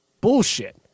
Bullshit